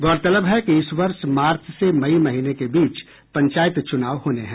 गौरतलब है कि इस वर्ष मार्च से मई महीने के बीच पंचायत चुनाव होना है